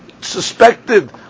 suspected